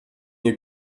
ihr